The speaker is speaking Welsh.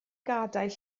gadael